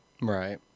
Right